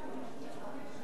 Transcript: אין נמנעים.